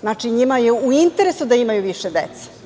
Znači, njima je u interesu da imaju više dece,